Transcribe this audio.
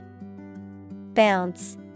Bounce